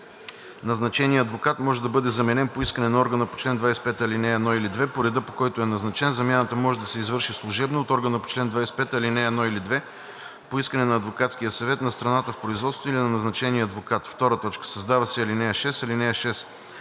Назначеният адвокат може да бъде заменен по искане на органа по чл. 25, ал. 1 или 2 по реда, по който е назначен. Замяната може да се извърши служебно от органа по чл. 25, ал. 1 или 2, по искане на адвокатския съвет, на страната в производството или на назначения адвокат.“ 2. Създава се ал. 6: „(6)